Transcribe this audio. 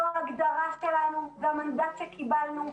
זו ההגדרה שלנו והמנדט שקיבלנו,